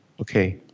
okay